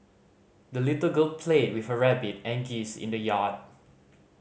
the little girl played with her rabbit and geese in the yard